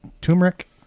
turmeric